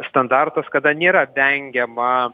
standartas kada nėra vengiama